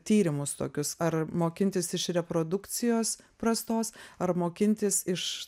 tyrimus tokius ar mokintis iš reprodukcijos prastos ar mokintis iš